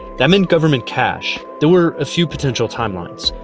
that meant government cash. there were a few potential timelines.